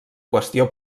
qüestió